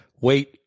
Wait